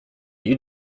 you